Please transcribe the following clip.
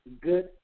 good